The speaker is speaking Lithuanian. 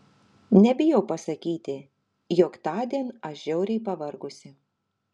nebijau pasakyti jog tądien aš žiauriai pavargusi